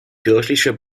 kirchliche